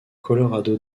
colorado